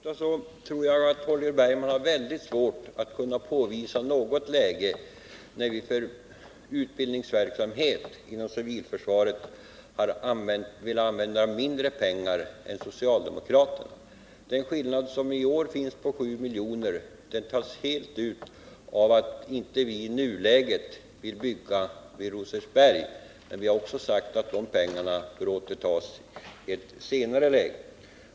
Herr talman! Jag tror att det är mycket svårt för Holger Bergman att påvisa något tillfälle när vi ville använda mindre pengar för utbildningsverksamhet inom civilförsvaret än socialdemokraterna. Den skillnad på 7 miljoner som finns i år tas helt ut genom att vi i nuläget inte vill bygga i Rosersberg. Men vi har också sagt att de pengarna bör återtas i ett senare läge.